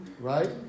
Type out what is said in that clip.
right